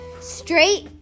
straight